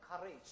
courage